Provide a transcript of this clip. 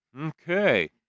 Okay